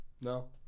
No